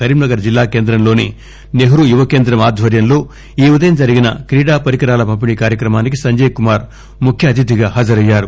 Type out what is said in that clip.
కరీంనగర్ జిల్లా కేంద్రంలోని నెహ్రూ యువ కేంద్రం ఆధ్వర్యంలో ఈ ఉదయం జరిగిన క్రీడా పరికరాల పంపిణీ కార్యక్రమానికి సంజయ్ కుమార్ ముఖ్యఅతిథిగా హజరయ్యారు